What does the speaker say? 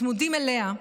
צמודים אליה,